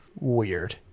weird